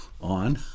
on